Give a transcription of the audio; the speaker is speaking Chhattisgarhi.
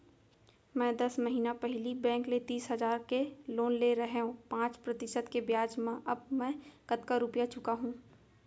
मैं दस महिना पहिली बैंक ले तीस हजार के लोन ले रहेंव पाँच प्रतिशत के ब्याज म अब मैं कतका रुपिया चुका हूँ?